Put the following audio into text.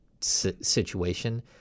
situation